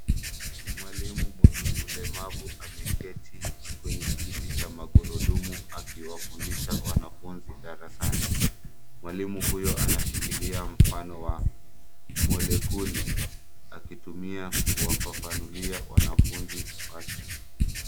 Mwalimu mwenye ulemavu ameketi kwenye kiti cha magurudumu akiwafundisha wanafunzi darasani. Mwalimu huyu ameshikilia mfano wa molekuli, akitumia kuwafafanulia wanafunzi wake.